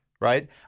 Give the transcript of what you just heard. right